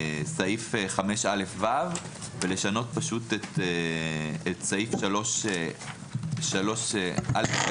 מסעיף 5א.(ו), ולשנות את סעיף 3(א).